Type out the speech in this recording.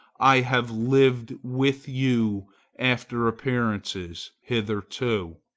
i have lived with you after appearances hitherto.